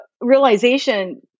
realization